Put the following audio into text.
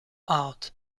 out